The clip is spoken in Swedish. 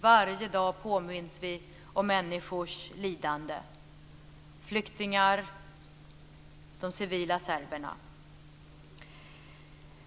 Varje dag påminns vi om människors lidande, flyktingar och de civila serberna.